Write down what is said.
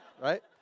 right